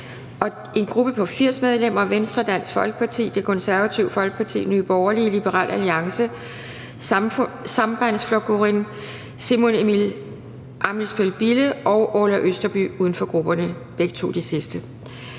en gruppe på 80 medlemmer: Venstre, Dansk Folkeparti, Det Konservative Folkeparti, Nye Borgerlige, Liberal Alliance, Sambandsflokkurin (SP), Simon Emil Ammitzbøll-Bille (UFG) og Orla Østerby (UFG). Grupperne har udpeget